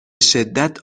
شدت